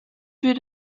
für